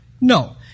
No